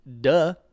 duh